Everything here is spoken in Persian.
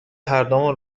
هردومون